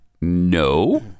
No